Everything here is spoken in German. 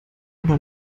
oder